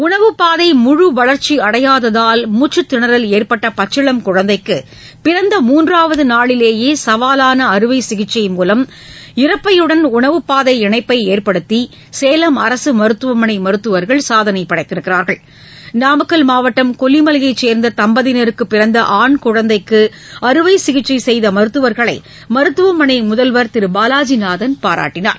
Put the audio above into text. உணவுப்பாதை முழு வளர்ச்சி அடையாததால் மூச்சுத்திணறல் ஏற்பட்ட பச்சிளம் குழந்தைக்கு பிறந்த முன்றாவது நாளிலேயே சவாலான அறுவை சிகிச்சை மூலம் இரைப்பையுடன் உணவுப்பாதை இணைப்பை ஏற்படுத்தி சேலம் அரசு மருத்துவமனை மருத்துவர்கள் சாதனை படைத்துள்ளனர் நாமக்கல் மாவட்டம் கொல்லிமலையை சேர்ந்த தம்பதியினருக்கு பிறந்த ஆண் குழந்தைக்கு அறுவை சிகிச்சை செய்த மருத்துவர்களை மருத்துவமனை முதல்வர் திரு பாவாஜிநாதன் பாராட்டினார்